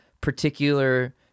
particular